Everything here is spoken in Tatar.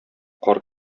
кар